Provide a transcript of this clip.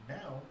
now